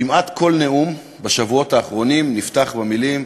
כמעט כל נאום בשבועות האחרונים נפתח במילים: